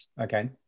Okay